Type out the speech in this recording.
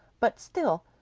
but still,